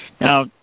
Now